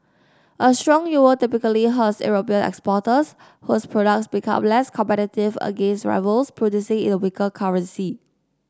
a strong euro typically hurts European exporters whose products become less competitive against rivals producing in a weaker currency